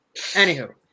anywho